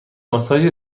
ماساژ